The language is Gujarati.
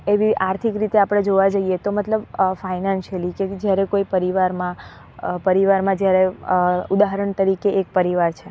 એવી આર્થિક રીતે આપણે જોવા જઈએ તો મતલબ ફાઇનાન્શીયલી કે એવી જ્યારે કોઈ પરિવારમાં પરિવારમાં જ્યારે ઉદાહરણ તરીકે એક પરિવાર છે